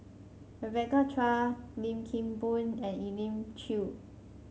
Rebecca Chua Lim Kim Boon and Elim Chew